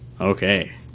Okay